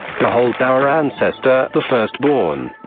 behold our ancestor, the first born.